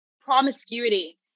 promiscuity